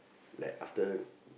like after